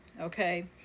Okay